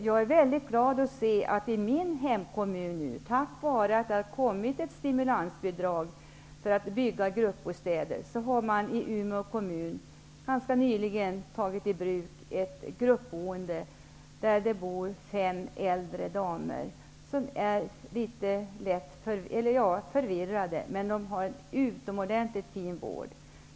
Jag är mycket glad över att man i min hemkommun Umeå, tack vare ett stimulansbidrag för byggande av gruppbostäder, ganska nyligen har tagit i bruk ett gruppboende. Det bor nu fem äldre damer där, vilka är något förvirrade, men som har en utomordentligt fin vård.